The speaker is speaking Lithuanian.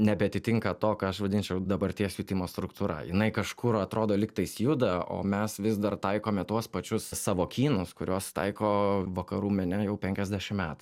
nebeatitinka to ką aš vadinčiau dabarties jutimo struktūra jinai kažkur atrodo lygtais juda o mes vis dar taikome tuos pačius sąvokynus kuriuos taiko vakarų mene jau penkiasdešimt metų